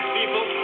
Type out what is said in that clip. people